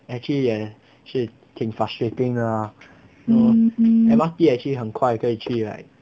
actually 也是挺 frustrating 的啦 you know M_R_T actually 可以很快可以去 like